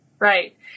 Right